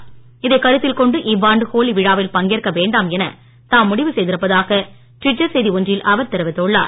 இதைக் நரேந்திரமோடி கருத்தில் கொண்டு இவ்வாண்டு ஹோலி விழாவில் பங்கேற்க வேண்டாம் என தாம் முடிவு செய்திருப்பதாக டுவிட்டர் செய்தி ஒன்றில் அவர் தெரிவித்துள்ளார்